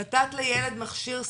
נתת לילד מכשיר סלולרי,